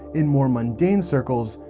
in more mundane circles,